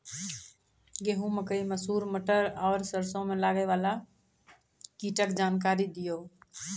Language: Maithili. गेहूँ, मकई, मसूर, मटर आर सरसों मे लागै वाला कीटक जानकरी दियो?